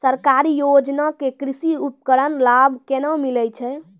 सरकारी योजना के कृषि उपकरण लाभ केना मिलै छै?